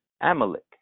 Amalek